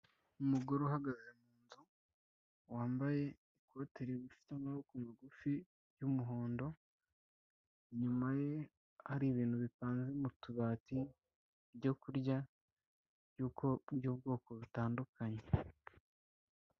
Umugore uhagaze munzu wambaye ikote rigufi rifite amaboko magufi y'umuhondo, inyuma ye hari ibintu bipanze mu tubati ibyo kurya by'ubwoko butandukanye.